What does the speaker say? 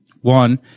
One